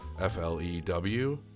F-L-E-W